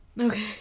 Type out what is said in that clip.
Okay